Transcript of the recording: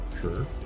sure